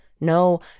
No